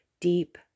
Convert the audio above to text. deep